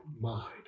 mind